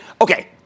Okay